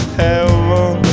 heaven